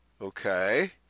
Okay